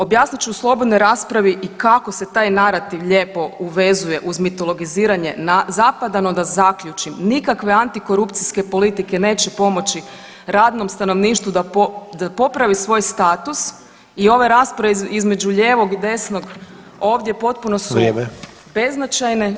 Objasnit ću u slobodnoj raspravi i kako se taj narativ lijepo uvezuje uz mitologiziranje na, … [[Govornik se ne razumije]] zaključim, nikakve antikorupcijske politike neće pomoći radnom stanovništvu da popravi svoj status i ove rasprave između lijevog i desnog ovdje potpuno su beznačajne.